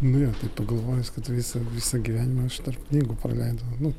nu jo tai pagalvojus kad visą visą gyvenimą aš tarp knygų praleidau nu